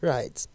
Right